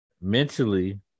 mentally